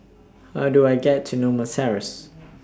How Do I get to Norma Terrace